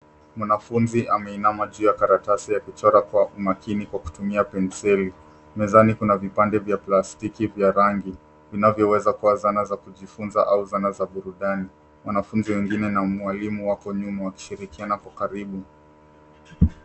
Mwanafunzi ameinama juu ya karatasi ya kuchora kwa umakini kwa kutumia penseli. Mezani kuna vipande vya plastiki vya rangi, vinavyoweza kua zana za kujifunza au zana za burudani. Wanafunzi wengine na mwalimu wako nyuma, wakishirikiana kwa karibu.